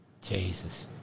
Jesus